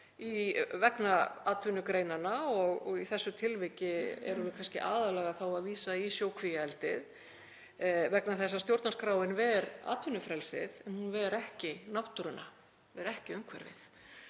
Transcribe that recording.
vegna atvinnugreinanna og í þessu tilviki erum við kannski aðallega þá að vísa í sjókvíaeldið vegna þess að stjórnarskráin ver atvinnufrelsið en hún ver ekki náttúruna, ver ekki umhverfið.